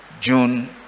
June